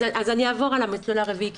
אז אדלג על המסלול הרביעי.